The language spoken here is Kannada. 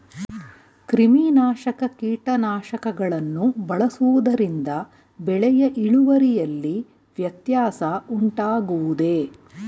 ಕ್ರಿಮಿನಾಶಕ ಕೀಟನಾಶಕಗಳನ್ನು ಬಳಸುವುದರಿಂದ ಬೆಳೆಯ ಇಳುವರಿಯಲ್ಲಿ ವ್ಯತ್ಯಾಸ ಉಂಟಾಗುವುದೇ?